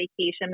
vacation